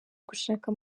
gushaka